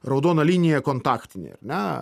raudona linija kontaktinė ar ne